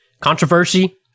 controversy